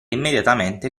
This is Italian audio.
immediatamente